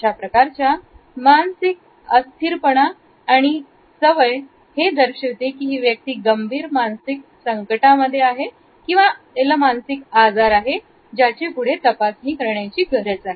अशा प्रकारचा मानसिक अस्थिर पणा आणि सवय हे दर्शविते कि ही व्यक्ती गंभीर मानसिक संकटामध्ये आहे ज्याचे पुढे तपासणी पुणे गरजेचे आहे